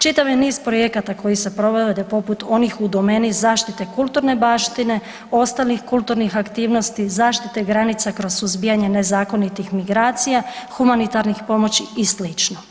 Čitav je niz projekata koji se provode poput onih u domeni zaštite kulturne baštine, ostalih kulturnih aktivnosti, zaštite granica kroz suzbijanje nezakonitih migracija, humanitarnih pomoći i slično.